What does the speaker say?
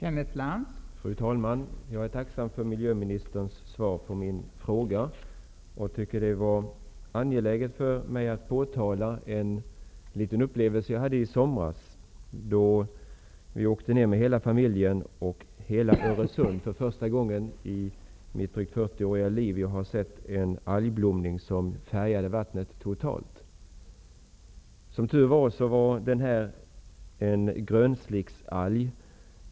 Fru talman! Jag är tacksam för miljöministerns svar på min fråga. Det är angeläget för mig att påtala en liten upplevelse som jag hade i somras. Vi åkte ner hela familjen till Öresund. Det var första gången i mitt drygt 40-åriga liv som jag sett en algblomning som färgade vattnet totalt. Som tur var rörde det sig om en grönslicksalg.